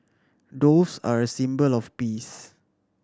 doves are a symbol of peace